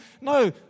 No